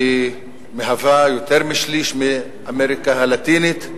היא מהווה יותר משליש מאמריקה הלטינית,